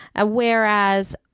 Whereas